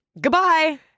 Goodbye